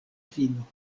fino